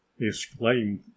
exclaimed